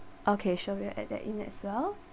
okay sure we will add that in as well